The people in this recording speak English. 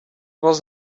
was